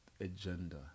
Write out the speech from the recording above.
agenda